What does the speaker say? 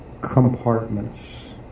compartments